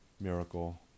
miracle